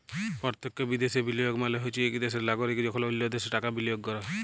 পরতখ্য বিদ্যাশে বিলিয়গ মালে হছে ইক দ্যাশের লাগরিক যখল অল্য দ্যাশে টাকা বিলিয়গ ক্যরে